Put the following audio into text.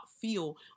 feel